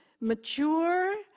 mature